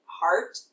heart